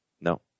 No